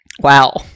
Wow